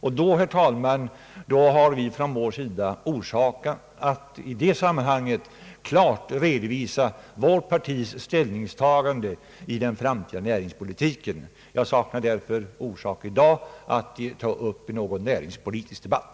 I det sammanhanget, herr talman, kommer vi att från vårt parti redovisa vårt ställningstagande rörande den framtida näringspolitiken. Jag saknar därför anledning att i dag taga upp någon näringspolitisk debatt.